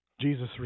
Jesus